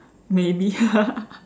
maybe